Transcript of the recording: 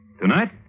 Tonight